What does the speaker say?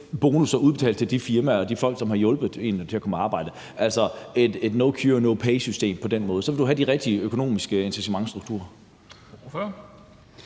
bonus udbetalt til de firmaer og de folk, som har hjulpet en til at komme i arbejde – altså et no-cure-no-pay-system på den måde. Så vil du have de rigtige økonomiske incitamentsstrukturer.